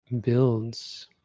builds